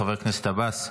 חבר הכנסת עבאס,